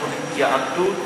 אנחנו נותנים יהדות,